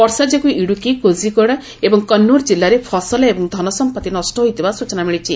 ବର୍ଷା ଯୋଗୁଁ ଇଡ଼ୁକି କୋଝିକୋଡ ଏବଂ କନୌର କିଲ୍ଲାରେ ଫସଲ ଏବଂ ଧନସଂପଭି ନଷ୍ଟ ହୋଇଥିବା ସ୍ଟଚନା ମିଳିଛି